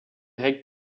règles